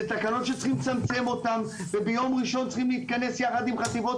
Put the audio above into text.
אלו תקנות שצריכים לצמצם אותן וביום ראשון צריכים להתכנס יחד עם חטיבות